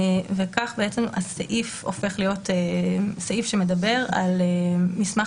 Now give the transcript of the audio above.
כך הסעיף הופך להיות סעיף שמדבר על מסמך